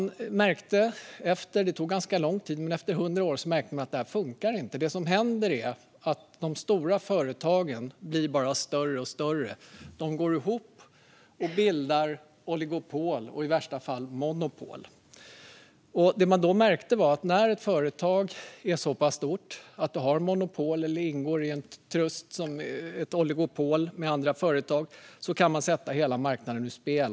Det tog ganska lång tid, men efter 100 år märkte man att det inte funkade. Man såg att de stora företagen bara blev större och större. De gick ihop och bildade oligopol och i värsta fall monopol. Det man då märkte var att när ett företag är så pass stort att det har monopol eller ingår i en trust, alltså ett oligopol med andra företag, kan det sätta hela marknaden ur spel.